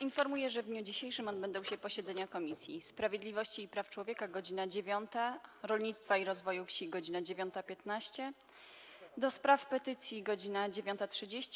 Informuję, że w dniu dzisiejszym odbędą się posiedzenia Komisji: - Sprawiedliwości i Praw Człowieka - godz. 9, - Rolnictwa i Rozwoju Wsi - godz. 9.15, - do Spraw Petycji - godz. 9.30,